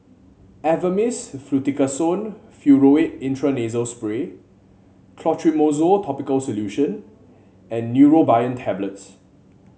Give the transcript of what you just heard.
Avamys Fluticasone Furoate Intranasal Spray Clotrimozole Topical Solution and Neurobion Tablets